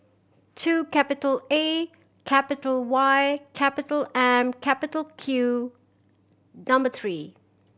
two capital A capital Y capital M capital Q number three